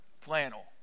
Flannel